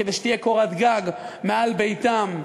כדי שתהיה קורת גג מעל ראשם,